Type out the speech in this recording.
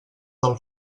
del